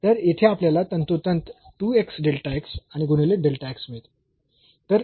तर येथे आपल्याला तंतोतंत आणि गुणिले मिळते